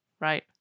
right